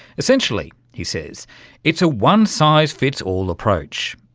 essentially he says it's a one size fits all approach,